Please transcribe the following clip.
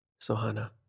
Sohana